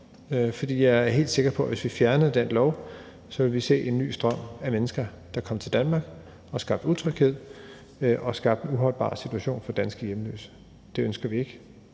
jeg er helt sikker på, at hvis vi fjernede den lov, ville vi se en ny strøm af mennesker, der kom til Danmark og skabte utryghed og skabte en uholdbar situation for danske hjemløse. Det ønsker vi ikke,